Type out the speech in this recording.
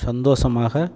சந்தோஷமாக